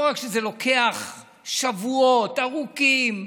לא רק שזה לוקח שבועות ארוכים,